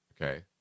Okay